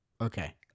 Okay